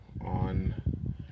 on